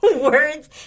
words